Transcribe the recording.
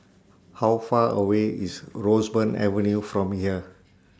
How Far away IS Roseburn Avenue from here